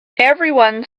everyone